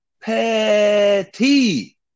Petty